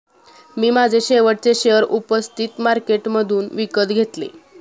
मी माझे शेवटचे शेअर उपस्थित मार्केटमधून विकत घेतले